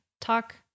talk